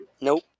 Nope